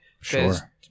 Sure